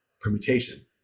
permutation